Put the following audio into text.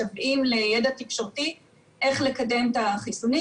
משוועים לידע תקשורתי איך לקדם את החיסונים,